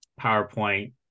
PowerPoint